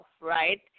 right